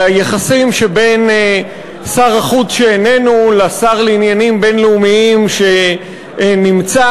והיחסים שבין שר החוץ שאיננו לשר לעניינים בין-לאומיים שנמצא,